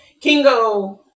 Kingo